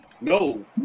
No